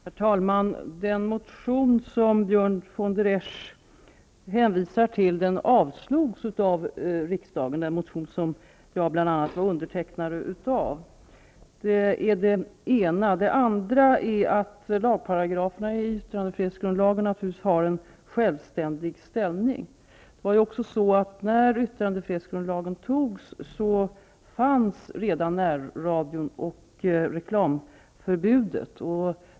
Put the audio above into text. Herr talman! Den motion som Björn von der Esch hänvisar till och som bl.a. jag hade undertecknat avslogs av riksdagen. Lagparagraferna i yttrandefrihetsgrundlagen har naturligtvis en självständig ställning. När yttrandefrihetsgrundlagen antogs fanns redan närradion och reklamförbudet.